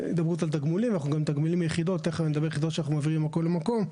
אנחנו גם מתגמלים יחידות שאנחנו מעבירים ממקום למקום.